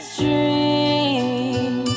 dream